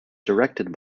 directed